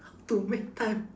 to make time